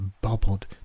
bubbled